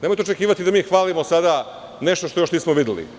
Nemojte očekivati da mi hvalimo nešto što još nismo videli.